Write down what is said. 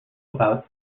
about